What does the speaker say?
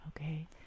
Okay